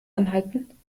anhalten